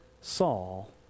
Saul